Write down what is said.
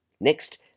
Next